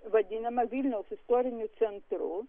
vadinama vilniaus istoriniu centru